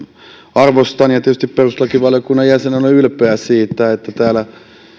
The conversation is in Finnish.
arvostan sitä ja tietysti perustuslakivaliokunnan jäsenenä olen ylpeä siitä että täällä